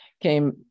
came